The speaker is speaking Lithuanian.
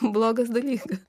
blogas dalykas